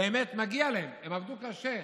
באמת, מגיע להם, הם עבדו קשה.